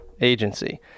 agency